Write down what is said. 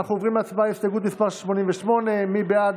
אנחנו עוברים להצבעה על הסתייגות מס' 88. מי בעד?